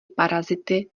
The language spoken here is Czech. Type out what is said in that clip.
parazity